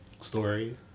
story